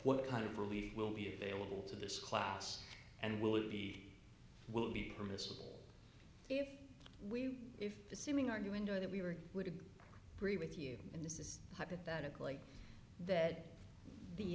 what kind of relief will be available to this class and will it be will be permissible if we if the simming our new endo that we were would agree with you and this is hypothetical that the